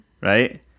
right